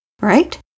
Right